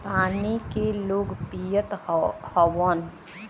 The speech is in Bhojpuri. पानी के लोग पियत हउवन